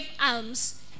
alms